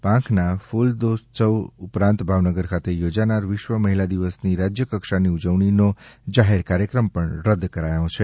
પાંખના ફુલદોલોત્સવ ઉપરાંત ભાવનગર ખાતે યોજાનાર વિશ્વ મહિલા દિવસની રાજ્ય કક્ષાની ઉજવણીનો જાહેર કાર્યક્રમ પણ રદ કરાથો છે